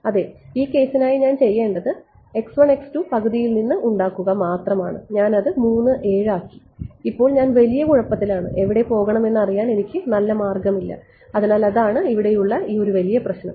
അതെ ഈ കേസിനായി ഞാൻ ചെയ്യേണ്ടത് പകുതിയിൽ നിന്ന് ഉണ്ടാക്കുക മാത്രമാണ് ഞാൻ അത് ആക്കി ഇപ്പോൾ ഞാൻ വലിയ കുഴപ്പത്തിലാണ് എവിടെ പോകണമെന്ന് അറിയാൻ എനിക്ക് നല്ല മാർഗമില്ല അതിനാൽ അതാണ് ഇവിടെയുള്ള ഒരു വലിയ പ്രശ്നം